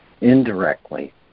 indirectly